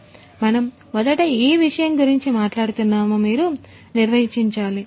కాబట్టి మనము మొదట ఏ విషయం గురించి మాట్లాడుతున్నామో మీరు నిర్వచించాలి